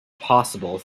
possible